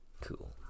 Cool